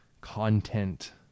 content